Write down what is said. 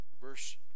Verse